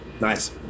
Nice